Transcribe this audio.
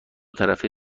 طرفه